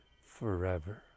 forever